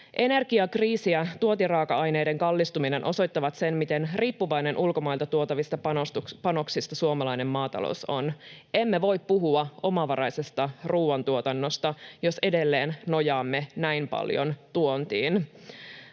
Energiakriisi ja tuontiraaka-aineiden kallistuminen osoittivat sen, miten riippuvainen ulkomailta tuotavista panoksista suomalainen maatalous on. Emme voi puhua omavaraisesta ruuantuotannosta, jos edelleen nojaamme näin paljon tuontiin